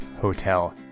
Hotel